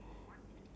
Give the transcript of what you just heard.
ya